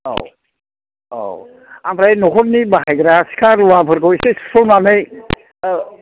औ औ ओमफ्राय नखरनि बाहायग्रा सिखा रुवाफोरखौ एसे सुस्र'नानै औ